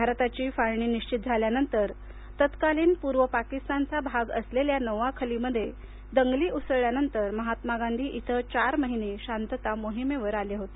भारताची फाळणी निश्चित झाल्यानंतर तत्कालीन पूर्व पाकिस्तानचा भाग असलेल्या नौखालीमध्ये दंगली उसळल्यानंतर महात्मा गांधी येथे चार महिने शांतता मोहिमेवर आले होते